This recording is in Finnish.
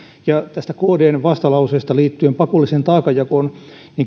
ja tästä kdn vastalauseesta liittyen pakolliseen taakanjakoon